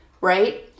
right